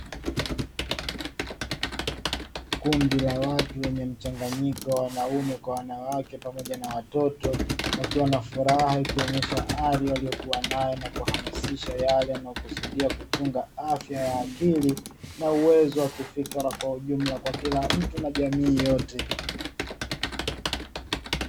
Kundi la watu wenye mchanganyiko wa wanaume, kwa wanawake pamoja na watoto, wakiwa wana furahi kuonyesha hali waliyo kua nayo na kuhamasisha yale yanayo kusudia kuchunga afya ya akili, na uwezo wa kifkra kwa ujumla kwa uwezo wa kila mtu na jamii yote.